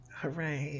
Hooray